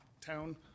town